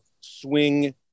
swing